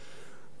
ולהזדהות,